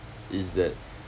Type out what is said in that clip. is that